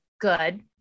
Good